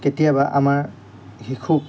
কেতিয়াবা আমাৰ শিশুক